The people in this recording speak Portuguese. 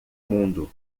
mundo